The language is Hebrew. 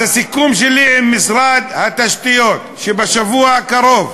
אז הסיכום שלי עם משרד התשתיות הוא שבשבוע הקרוב